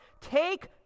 Take